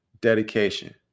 dedication